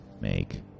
make